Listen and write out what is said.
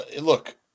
look